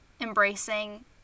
embracing